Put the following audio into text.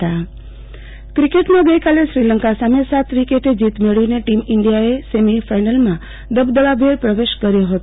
આરતીબેન ભદ્દ કિકટ ક્રિકેટમાં ગઈકાલે શ્રીલંકા સામે સાત વિકેટે જીત મેળવીને ટીમ ઈંન્ડીયાએ સેમિફાઈનલમાં દબદબાભેર પ્રવેશ કર્યો હતો